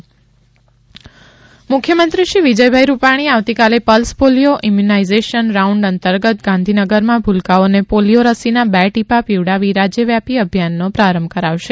polio અભિયાન CM મુખ્યમંત્રી શ્રી વિજયભાઈ રૂપાણી આવતીકાલે પલ્સ પોલિયો ઇમ્યુનાઇઝેશન રાઉન્ડ અંતર્ગત ગાંધીનગરમાં ભુલકાંઓને પોલિયો રસીના બે ટીપાં પીવડાવી રાજ્યવ્યાપી અભિયાનનો પ્રારંભ કરાવશે